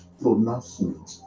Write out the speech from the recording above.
pronouncement